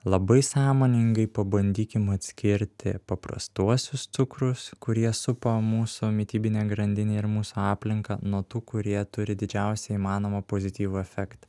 labai sąmoningai pabandykim atskirti paprastuosius cukrus kurie supa mūsų mitybinę grandinę ir mūsų aplinką nuo tų kurie turi didžiausią įmanomą pozityvų efektą